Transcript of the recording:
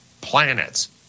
planets